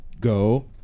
go